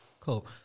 Cool